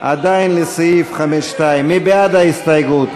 עדיין לסעיף 5(2) מי בעד ההסתייגות?